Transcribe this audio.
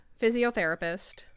physiotherapist